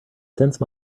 sense